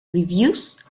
reviews